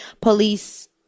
Police